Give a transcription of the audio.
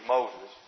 Moses